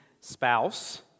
spouse